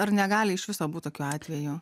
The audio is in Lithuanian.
ar negali iš viso būt tokių atvejų